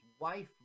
wife